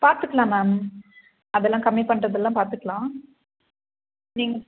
பார்த்துக்கலாம் மேம் அதெல்லாம் கம்மி பண்ணுறதெல்லாம் பார்த்துக்கலாம் நீங்கள்